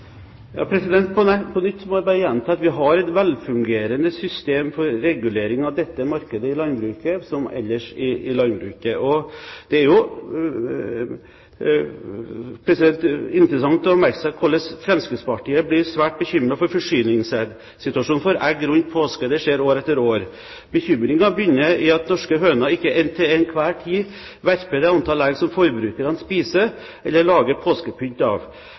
På nytt må jeg bare gjenta at vi har et velfungerende system for regulering av dette markedet i landbruket, som ellers i landbruket. Det er interessant å merke seg hvordan Fremskrittspartiet blir svært bekymret for forsyningssituasjonen for egg rundt påske. Det skjer år etter år. Bekymringen begynner med at norske høner ikke til enhver tid verper det antall egg som forbrukerne spiser eller lager påskepynt av.